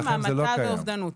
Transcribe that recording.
המתה ואובדנות.